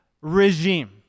regime